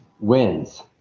wins